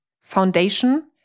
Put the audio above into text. foundation